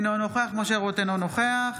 אינו נוכח משה רוט, אינו נוכח